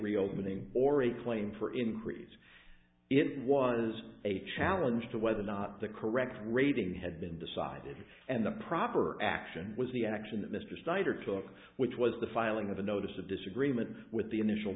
reopening or a claim for increase it was a challenge to whether or not the correct rating had been decided and the proper action was the action that mr snyder took which was the filing of a notice of disagreement with the initial